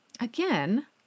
Again